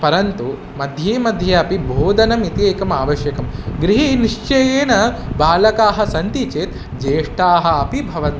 परन्तु मध्ये मध्ये अपि बोधनमिति एकम् आवश्यकं गृहे निश्चयेन बालकाः सन्ति चेत् ज्येष्ठाः अपि भवन्ति